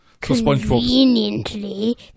Conveniently